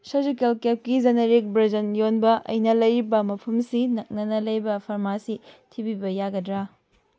surgical ꯀꯦꯞꯀꯤ generic ꯕ꯭ꯔꯖꯟ ꯌꯣꯟꯕ ꯑꯩꯅ ꯂꯩꯔꯤꯕ ꯃꯐꯝꯁꯤ ꯅꯛꯅꯅ ꯂꯩꯕ ꯐꯔꯃꯥꯁꯤ ꯊꯤꯕꯤꯕ ꯌꯥꯒꯗ꯭ꯔꯥ